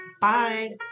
Bye